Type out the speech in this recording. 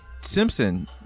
Simpson